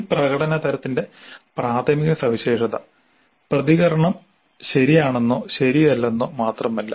ഒരു പ്രകടന തരത്തിന്റെ പ്രാഥമിക സവിശേഷത പ്രതികരണം ശരിയാണെന്നോ ശരിയല്ലെന്നോ മാത്രമല്ല